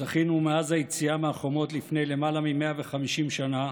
זכינו, ומאז היציאה מהחומות לפני למעלה מ-150 שנה